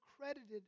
credited